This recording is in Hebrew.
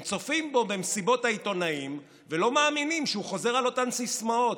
הם צופים בו במסיבות העיתונאים ולא מאמינים שהוא חוזר על אותן סיסמאות: